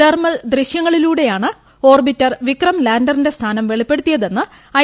thermal ദൃശ്യങ്ങളിലൂടെയാണ് ്ങ്ടൂർബ്ിറ്റർ വിക്രം ലാൻഡറിന്റെ സ്ഥാനം വെളിപ്പെടുത്തിയതെന്ന് ഐ